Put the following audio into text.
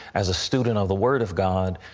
as a student of the word of god,